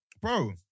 bro